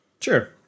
Sure